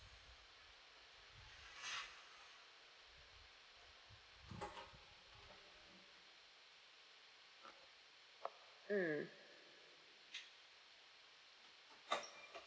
mm